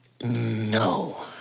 No